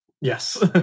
Yes